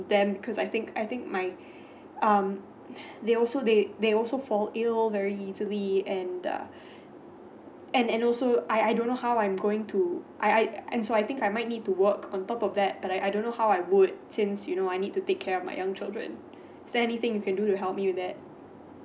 then cause I think I think mike um they also they they also fall ill very into me and luh and and also I I don't know how I'm going to I I I'm so I think I might need to work on top of that like I don't know how I would since you know I need to take care of my young children there anything you can do to help you that